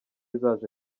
zaje